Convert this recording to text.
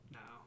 no